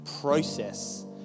process